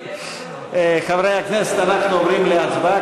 חברי הכנסת, אנחנו עוברים להצבעה.